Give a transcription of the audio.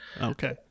Okay